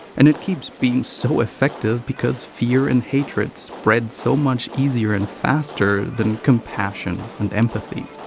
and it keeps being so effective because fear and hatred spread so much easier and faster than compassion and empathy.